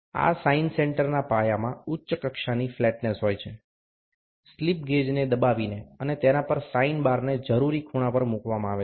આ સાઈન સેન્ટરના પાયામાં ઉચ્ચ કક્ષાની ફ્લેટનેસ હોય છે સ્લિપ ગેજને દબાવીને અને તેના પર સાઇન બારને જરૂરી ખૂણા પર મૂકવામાં આવે છે